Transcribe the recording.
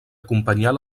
acompanyar